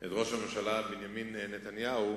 את ראש הממשלה בנימין נתניהו,